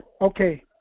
Okay